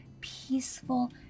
peaceful